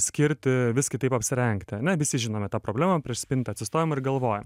skirti vis kitaip apsirengti ane visi žinome tą problemą prieš spintą atsistojam ir galvojam